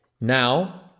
Now